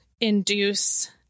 induce